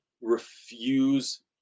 refuse